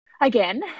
again